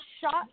shot